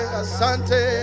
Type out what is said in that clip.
asante